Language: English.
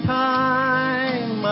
time